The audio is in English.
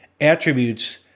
attributes